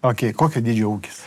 okei kokio dydžio ūkis